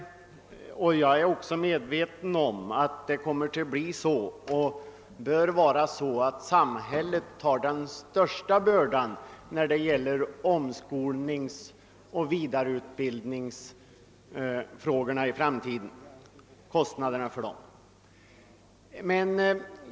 Jag är också medveten om att samhället bör bära och även kommer att bära den största kostnaden för omskolningen och vidareutbildningen i framtiden.